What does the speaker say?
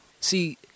See